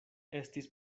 estis